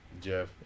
Jeff